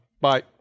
Bye